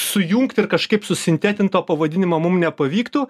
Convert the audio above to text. sujungt ir kažkaip susintetint to pavadinimo mum nepavyktų